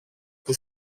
που